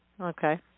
Okay